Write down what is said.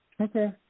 Okay